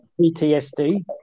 PTSD